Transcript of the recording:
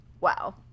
Wow